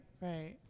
right